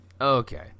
Okay